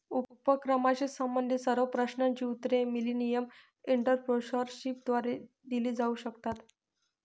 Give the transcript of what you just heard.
उपक्रमाशी संबंधित सर्व प्रश्नांची उत्तरे मिलेनियम एंटरप्रेन्योरशिपद्वारे दिली जाऊ शकतात